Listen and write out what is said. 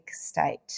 state